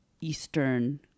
eastern